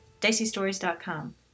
diceystories.com